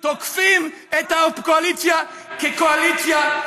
תוקפים את הקואליציה כקואליציה,